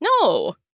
No